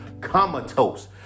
comatose